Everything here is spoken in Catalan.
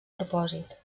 propòsit